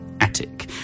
attic